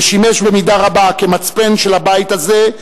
ששימש במידה רבה כמצפן של הבית הזה,